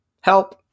Help